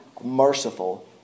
merciful